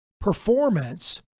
performance